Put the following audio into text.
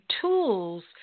tools